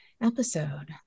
episode